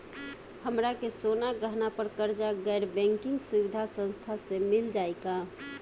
हमरा के सोना गहना पर कर्जा गैर बैंकिंग सुविधा संस्था से मिल जाई का?